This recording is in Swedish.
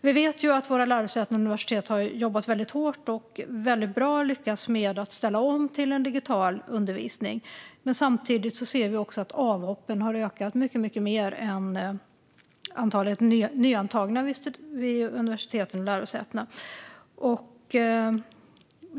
Vi vet ju att våra lärosäten och universitet har jobbat väldigt hårt och lyckats bra med att ställa om till digital undervisning, men samtidigt ser vi att avhoppen har ökat mycket mer än antalet nyantagna vid universiteten och lärosätena.